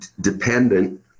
dependent